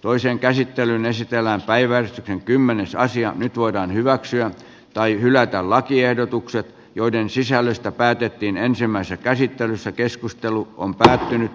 toiseen käsittelyyn esitellään päivän nyt voidaan hyväksyä tai hylätä lakiehdotukset joiden sisällöstä päätettiin ensimmäisessä käsittelyssä keskustelu on päättynyt